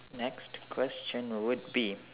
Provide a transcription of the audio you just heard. next question would be